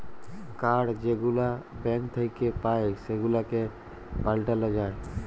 card যেগুলা bank থ্যাইকে পাই সেগুলাকে পাল্টাল যায়